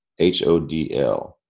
HODL